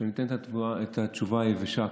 שאתן את התשובה היבשה,